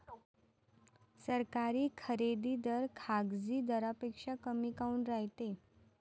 सरकारी खरेदी दर खाजगी दरापेक्षा कमी काऊन रायते?